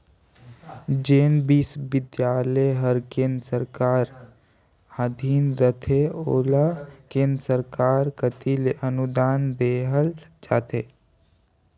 जेन बिस्वबिद्यालय हर केन्द्र सरकार कर अधीन रहथे ओला केन्द्र सरकार कती ले अनुदान देहल जाथे